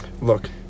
look